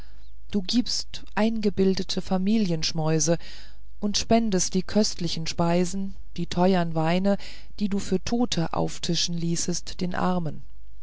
du gibst eingebildete familienschmäuse und spendest die köstlichen speisen die teuern weine die du für tote auftischen ließest den armen